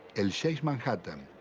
and chase manhattan,